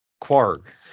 Quark